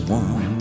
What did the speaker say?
one